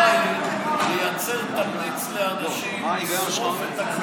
היא לייצר תמריץ לאנשים לשרוף את הגופה,